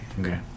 Okay